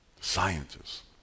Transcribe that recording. scientists